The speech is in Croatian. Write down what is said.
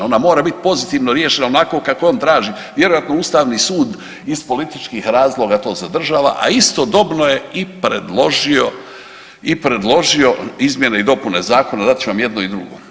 Ona mora biti pozitivno riješena onako kako on traži, vjerojatno Ustavni sud iz političkih razloga to zadržava, a istodobno je i predložio izmjene i dopune zakona dat ću vam jedno i drugo.